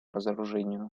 разоружению